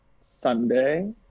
Sunday